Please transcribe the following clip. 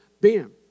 bam